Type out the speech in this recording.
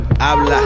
Habla